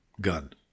gun